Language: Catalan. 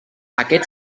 aquest